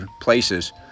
places